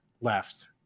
left